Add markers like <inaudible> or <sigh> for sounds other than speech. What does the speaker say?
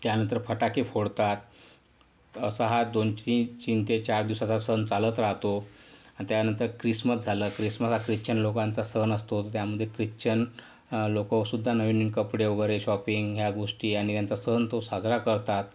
त्यानंतर फटाके फोडतात असा हा दोन <unintelligible> तीन ते चार दिवसाचा सण चालत राहतो त्यानंतर ख्रिसमस झालं ख्रिसमस हा ख्रिच्चन लोकांचा सण असतो त्यामध्ये ख्रिच्चन लोकंसुद्धा नवीनवीन कपडे वगैरे शॉपिंग ह्या गोष्टी आणि त्यांचा सण तो साजरा करतात